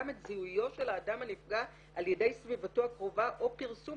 את זיהויו של האדם הנפגע על ידי סביבתו הקרובה או פרסום